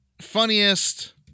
funniest